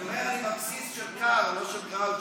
אז אני אומר: אני מרקסיסט של קרל, לא של גראוצ'ו.